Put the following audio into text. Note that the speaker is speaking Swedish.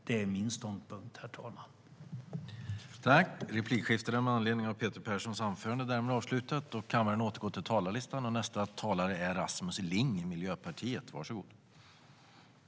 Det är min ståndpunkt, herr talman.